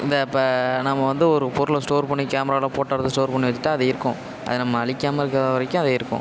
இந்த இப்போ நம்ம வந்து ஒரு பொருளை ஸ்டோர் பண்ணி கேமராவில் ஃபோட்டோ எடுத்து ஸ்டோர் பண்ணி வச்சுட்டா அது இருக்கும் அது நம்ம அழிக்காம இருக்கிற வரைக்கும் அது இருக்கும்